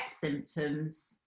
symptoms